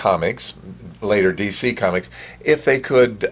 comics later d c comics if they could